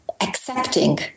accepting